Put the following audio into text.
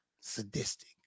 Sadistic